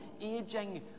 aging